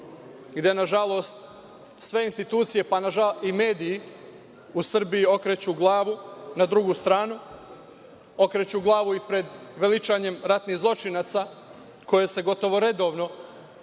Nažalost, sve institucije i mediji u Srbiji okreću glavu na drugu stranu, okreću glavu i pred veličanjem ratnih zločinaca, koje se gotovo redovno